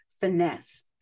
finesse